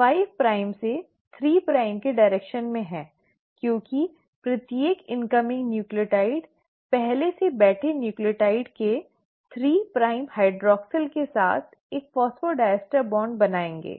5 prime से 3 prime की दिशा में है क्योंकि प्रत्येक आने वाले न्यूक्लियोटाइड पहले से बैठे न्यूक्लियोटाइड के 3 प्राइम हाइड्रॉक्सिल के साथ एक फॉस्फोडिएस्टर बॉन्ड बनाएंगे